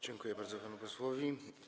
Dziękuję bardzo panu posłowi.